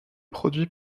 produit